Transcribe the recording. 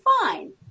fine